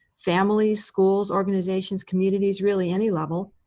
families, schools, organizations, communities really any level.